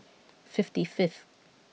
fifty fifth